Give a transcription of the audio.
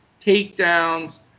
Takedowns